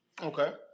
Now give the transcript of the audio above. Okay